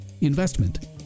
investment